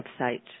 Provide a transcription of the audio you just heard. website